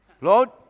Lord